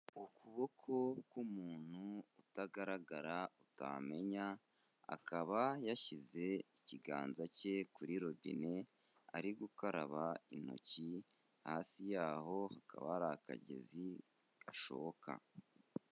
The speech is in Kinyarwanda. Ukuboko k'umuntu utagaragara, utamenya akaba yashyize ikiganza cye kuri robine ari gukaraba intoki, hasi yaho hakaba hari akagezi gashoka.